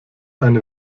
eine